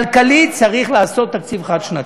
כלכלית, צריך לעשות תקציב חד-שנתי.